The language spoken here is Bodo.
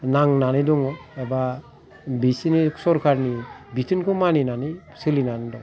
नांनानै दङ एबा बिसिनि सरखारनि बिथोनखाै मानिनानै सोलिनानै दं